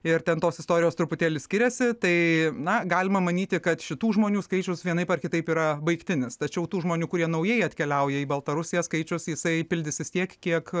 ir ten tos istorijos truputėlį skiriasi tai na galima manyti kad šitų žmonių skaičius vienaip ar kitaip yra baigtinis tačiau tų žmonių kurie naujai atkeliauja į baltarusiją skaičius jisai pildysis tiek kiek